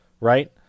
right